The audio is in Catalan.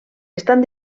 estan